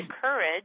courage